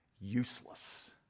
useless